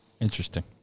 Interesting